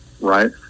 right